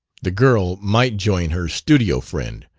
the girl might join her studio friend,